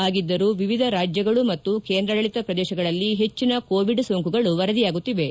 ಹಾಗಿದ್ದರೂ ವಿವಿಧ ರಾಜ್ಯಗಳು ಮತ್ತು ಕೇಂದ್ರಾಡಳತ ಪ್ರದೇಶಗಳಲ್ಲಿ ಹೆಚ್ಚನ ಕೋವಿಡ್ ಸೋಂಕುಗಳು ವರದಿಯಾಗುತ್ತಿವೆ